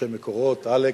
אנשי "מקורות", אלכס,